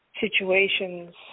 situations